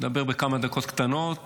מדבר כמה דקות קטנות ויורד.